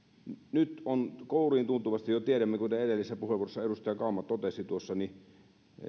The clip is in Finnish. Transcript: nyt tiedämme kouriintuntuvasti kuten edellisessä puheenvuorossa edustaja kauma totesi että